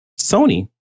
Sony